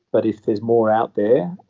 but if there is more out there,